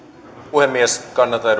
puhemies